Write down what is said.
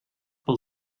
pel